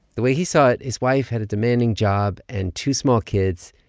the way he saw it, his wife had a demanding job and two small kids.